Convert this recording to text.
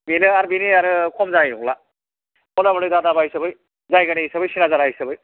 बेनो आर बेनि आरो खम जानाय नंला मथा मथि दादा भाइ हिसाबै सिना जाना हिसाबै